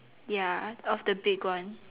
ya of the big one